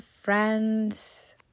friends